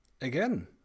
again